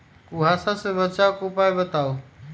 कुहासा से बचाव के उपाय बताऊ?